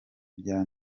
bya